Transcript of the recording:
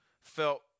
felt